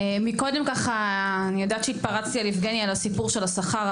מקודם התפרצתי על יבגני על הסיפור של השכר,